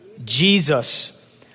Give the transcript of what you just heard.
Jesus